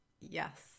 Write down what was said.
Yes